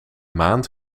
maand